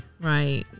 Right